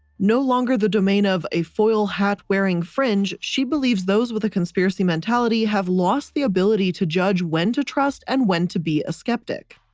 no longer the domain of a foil hat wearing fringe, she believes those with a conspiracy mentality have lost the ability to judge when to trust and when to be a skeptic.